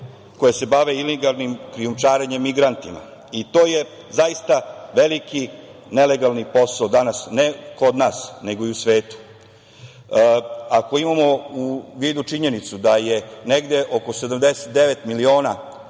koje se bave ilegalnim krijumčarenjem migrantima i to je zaista veliki nelegalni posao danas, ne kod nas nego i u svetu. Ako imamo u vidu činjenicu da je negde oko 79 miliona